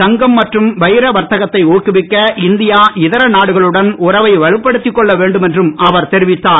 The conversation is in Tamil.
தங்கம் மற்றும் வைர வர்த்தகத்தை ஊக்குவிக்க இந்தியா இதர நாடுகளுடன் உறவை வலுப்படுத்தி கொள்ள வேண்டும் என்றும் அவர் தெரிவித்தார்